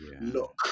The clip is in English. look